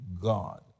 god